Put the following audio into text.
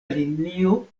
linio